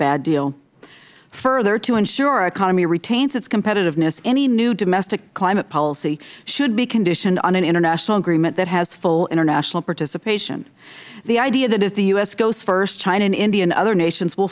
bad deal further to ensure our economy retains its competitiveness any new domestic climate policy should be conditioned on an international agreement that has full international participation the idea that if the u s goes first china india and other nations will